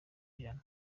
ijana